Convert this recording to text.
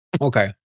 Okay